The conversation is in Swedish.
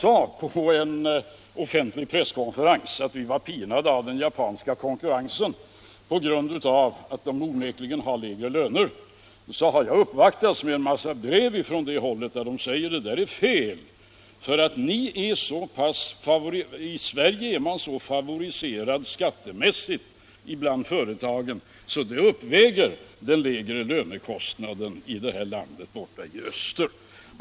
Sedan jag på en offentlig presskonferens sagt att vi var pinade av den japanska konkurrensen, på grund av att man i Japan onekligen har lägre löner, har jag uppvaktats med brev från det hållet, där det sägs att det där påståendet var felaktigt, eftersom företagen i Sverige är så favoriserade skattemässigt sett, att det väl uppväger den lägre lönekostnaden i det där landet långt borta i öster.